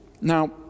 Now